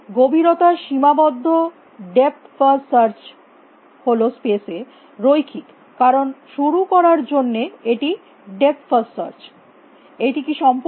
গভীরতা সীমাবদ্ধ depth first search হল স্পেস এ রৈখিক কারণ শুরু করার জন্য এটি ডেপথ ফার্স্ট সার্চ এটি সম্পূর্ণ